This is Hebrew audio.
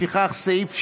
לפיכך, סעיף 6,